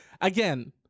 Again